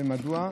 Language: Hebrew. מדוע?